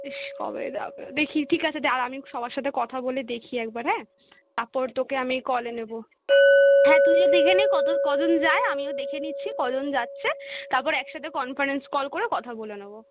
ইশ কবে যাবে দেখি ঠিক আছে দাঁড়া আমি সবার সাথে কথা বলে দেখি একবার হ্যাঁ তাপর তোকে আমি কলে নেব হ্যাঁ তুইও দেখে নে কত কজন যায় আমিও দেখে নিচ্ছি কজন যাচ্ছে তাপর একসাথে কনফারেন্স কল করে কথা বলে নোবো